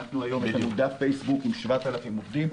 היום יש לנו דף פייסבוק עם 7,000 עובדים.